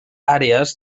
àrees